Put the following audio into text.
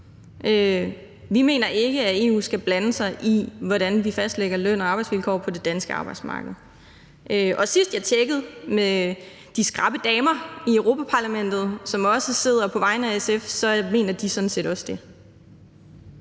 Vi mener ikke, at EU skal blande sig i, hvordan vi fastsætter løn- og arbejdsvilkår på det danske arbejdsmarked. Sidst jeg tjekkede med de skrappe damer i Europa-Parlamentet, som også sidder der på vegne af SF, mente de sådan set også det.